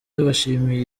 bashimye